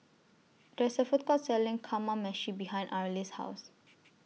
There IS A Food Court Selling Kamameshi behind Arlis' House